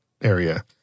area